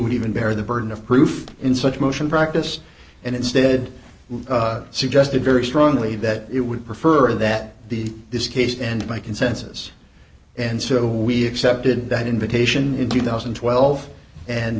would even bear the burden of proof in such motion practice and instead suggested very strongly that it would prefer that the this case and by consensus and so we accepted that invitation in two thousand and twelve and